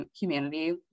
humanity